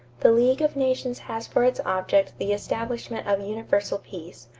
the league of nations has for its object the establishment of universal peace,